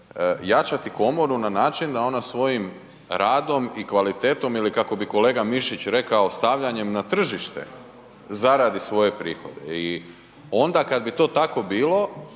jačati komoru na način da ona svojim radom i kvalitetom ili kako bi kolega Mišić rekao stavljanjem na tržište, zaradi svoje prihode. I onda kada bi to tako bilo